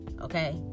okay